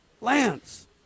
Lance